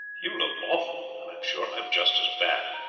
you look awful, and i am sure i am just as bad.